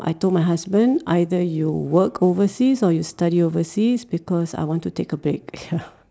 I told my husband either you work overseas or you study overseas because I want to take a break ya